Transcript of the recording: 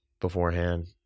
beforehand